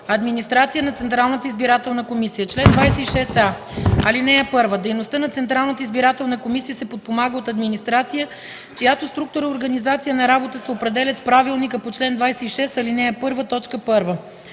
„Администрация на Централната избирателна комисия Чл. 26а. (1) Дейността на Централната избирателна комисия се подпомага от администрация, чиято структура и организация на работа се определят с правилника по чл. 26, ал. 1, т. 1.